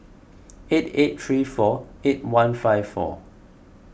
eight eight three four eight one five four